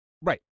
Right